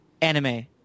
anime